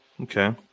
Okay